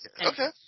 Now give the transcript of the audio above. okay